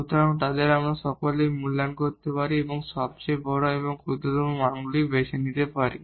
সুতরাং আমরা তাদের সকলের মূল্যায়ন করতে পারি এবং সবচেয়ে বড় এবং ক্ষুদ্রতম মানগুলি বেছে নিতে পারি